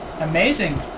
Amazing